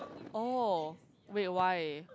oh wet wine